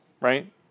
right